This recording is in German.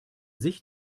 sich